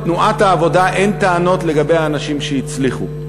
לתנועת העבודה אין טענות לגבי האנשים שהצליחו.